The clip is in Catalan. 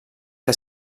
que